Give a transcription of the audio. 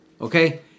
okay